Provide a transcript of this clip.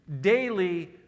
daily